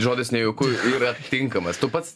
žodis nejauku yra tinkamas tu pats